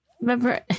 remember